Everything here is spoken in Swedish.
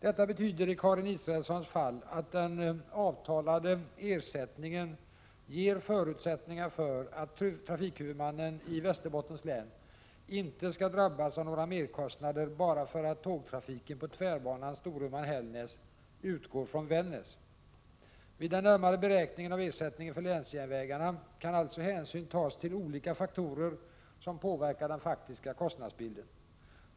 Detta betyder i Karin Israelssons fall att den avtalade ersättningen ger förutsättningar för att trafikhuvudmannen i Västerbottens län inte skall drabbas av några merkostnader bara för att tågtrafiken på tvärbanan Storuman-Hällnäs utgår från Vännäs. Vid den närmare beräkningen av ersättningen för länsjärnvägarna kan alltså hänsyn tas till olika faktorer som påverkar den faktiska kostnadsbilden.